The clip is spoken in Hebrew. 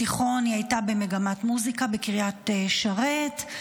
בתיכון היא הייתה במגמת מוזיקה בקריית שרת,